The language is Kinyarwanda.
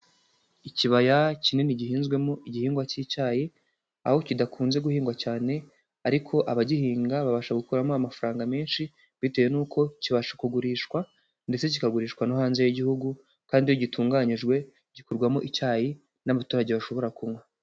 Ikibaya kinini gihinzwemo igihingwa k'icyayi, aho kidakunze guhingwa cyane ariko abagihinga babasha gukuramo amafaranga menshi, bitewe n'uko kibasha kugurishwa ndetse kikagurishwa no hanze y'igihugu kandi iyo gitunganyijwe gikorwamo icyayi n'abaturage bashobora kunywa.